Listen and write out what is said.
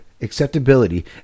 acceptability